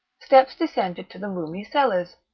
steps descended to the roomy cellars,